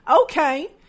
Okay